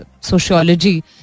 sociology